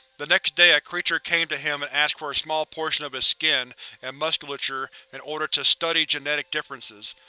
the next day a creature came to him and asked for a small portion of his skin and musculature in order to study genetic differences.